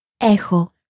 echo